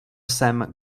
jsem